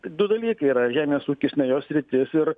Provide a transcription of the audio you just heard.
du dalykai yra žemės ūkis ne jos sritis ir